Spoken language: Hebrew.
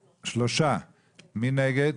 3. מי נגד?